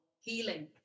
healing